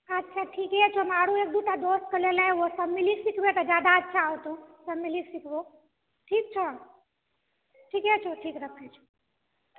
अच्छा ठीके छौ हम आरो एक दूटा दोस्तके लेने अयबो सब मिलिकऽ सिखबौ तऽ जादा अच्छा होतौ सब मिलिकऽ सिखबौ ठीक छौ ठीके छौ ठीक रख